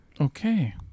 Okay